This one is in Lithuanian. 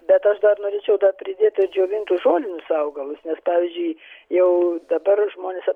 bet aš dar norėčiau dar pridėti džiovintus žolinius augalus nes pavyzdžiui jau dabar žmonės